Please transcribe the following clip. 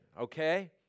Okay